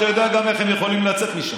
אתה יודע גם איך הם יכולים לצאת משם,